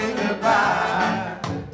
goodbye